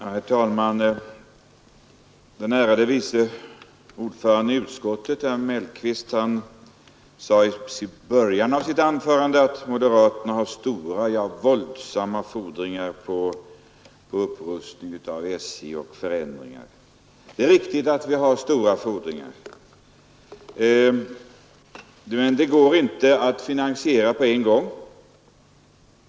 Herr talman! Utskottets ärade vice ordförande herr Mellqvist sade i början av sitt anförande att moderaterna har stora, ja våldsamma fordringar på upprustning av SJ och förbättrad service för resenärerna. Det är riktigt att vi har stora fordringar, men det går inte att finansiera dessa på en gång.